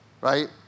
right